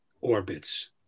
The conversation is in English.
orbits